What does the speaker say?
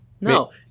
No